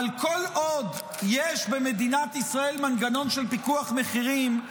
אבל כל עוד יש במדינת ישראל מנגנון של פיקוח מחירים,